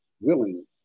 willing